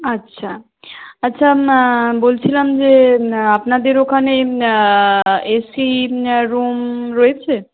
আচ্ছা আচ্ছা বলছিলাম যে আপনাদের ওখানে এসি রুম রয়েছে